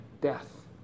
death